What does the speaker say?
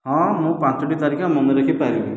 ହଁ ମୁଁ ପାଞ୍ଚୋଟି ତାରିଖ ମନେ ରଖିପାରିବି